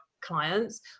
clients